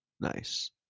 Nice